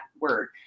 word